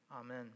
Amen